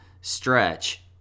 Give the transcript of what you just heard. stretch